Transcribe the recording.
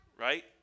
right